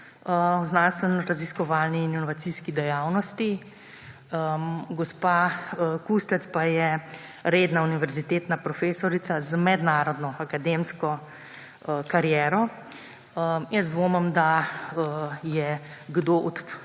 o znanstvenoraziskovalni in inovacijski dejavnosti, gospa Kustec pa je redna univerzitetna profesorica z mednarodno akademsko kariero. Dvomim, da se ji kdo od